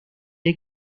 del